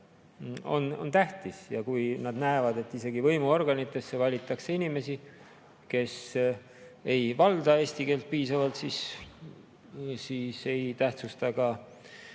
on tähtis. Kui inimesed näevad, et isegi võimuorganitesse valitakse inimesi, kes ei valda eesti keelt piisavalt, siis ei tähtsusta ka